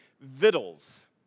vittles